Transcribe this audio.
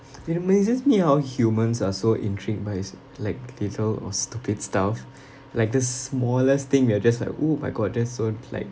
it amazes me how humans are so intrigued by is like little or stupid stuff like this smallest thing we are just like oo my god that's so like